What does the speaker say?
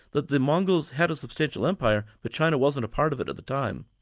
that the mongols had a substantial empire but china wasn't a part of it at the time.